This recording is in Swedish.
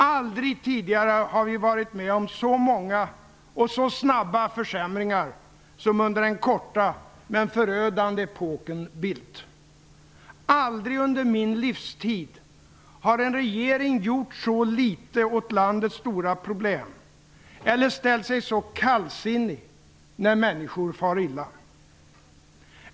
Aldrig tidigare har vi varit med om så många och så snabba försämringar som under den korta men förödande epoken Bildt. Aldrig under min livstid har en regering gjort så litet åt landets stora problem eller ställt sig så kallsinnig när människor far illa.